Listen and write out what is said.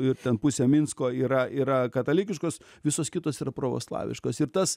ir ten pusė minsko yra yra katalikiškos visos kitos yra provoslaviškos ir tas